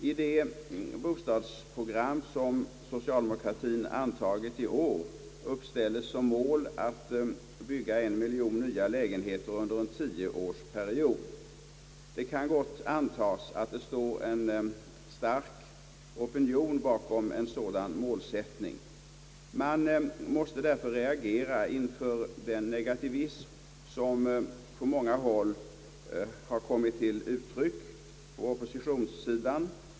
I det bostadsprogram som socialdemokratien antagit i år uppställes som mål att bygga en miljon nya lägenheter under en tioårsperiod. Det kan gott antagas att det står en stark opinion bakom en sådan målsättning. Man måste därför reagera inför den negativism som på många håll kommit till uttryck på oppositionssidan.